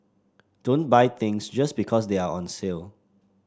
don't buy things just because they are on the sale